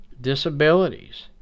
disabilities